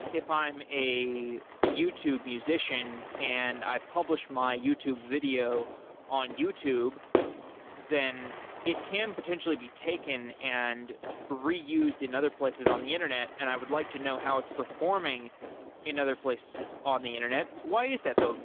if i'm a youtube musician and i publish my youtube video on youtube then it can potentially be taken and reused in other places on the internet and i would like to know how it's performing in other places on the internet. why is that though?